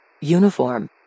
Uniform